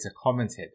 commented